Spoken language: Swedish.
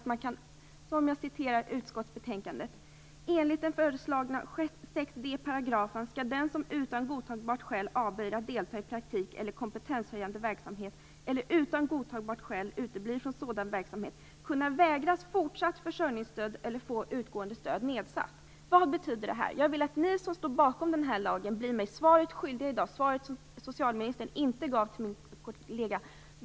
Låt mig citera ur utskottsbetänkandet: "Enligt den föreslagna 6 d § skall den som utan godtagbart skäl avböjer att delta i praktik eller kompetenshöjande verksamhet eller utan godtagbart skäl uteblir från sådan verksamhet kunna vägras fortsatt försörjningsstöd eller få utgående stöd nedsatt." Vad betyder det här? Ni som står bakom den här lagen blir mig i dag svaret skyldig. Inte heller socialministern gav ett svar på detta till min kollega.